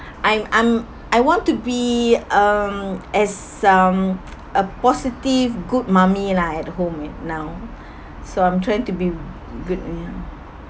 I I'm I want to be um as um a positive good mummy lah at home now so I'm trying to be good ya